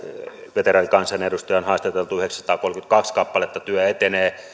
veteraanikansanedustajia on haastateltu yhdeksänsataakolmekymmentäkaksi kappaletta työ etenee